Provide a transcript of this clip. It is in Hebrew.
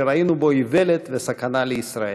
שראינו בו איוולת וסכנה לישראל.